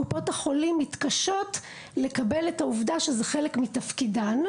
קופות החולים מתקשות לקבל את העובדה שזה חלק מתפקידן.